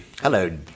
Hello